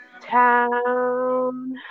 town